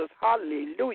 Hallelujah